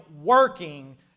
working